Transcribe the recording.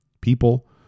people